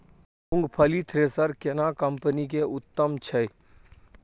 मूंगफली थ्रेसर केना कम्पनी के उत्तम छै?